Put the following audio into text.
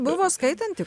buvo skaitanti